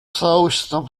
сообществом